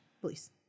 Please